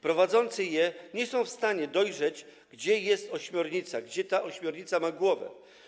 Prowadzący je nie są w stanie dojrzeć, gdzie jest ośmiornica, gdzie ta ośmiornica ma głowę.